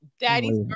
Daddy's